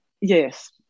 yes